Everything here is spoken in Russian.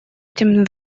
этим